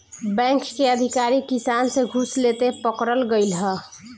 bank के अधिकारी किसान से घूस लेते पकड़ल गइल ह